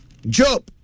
Job